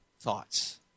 thoughts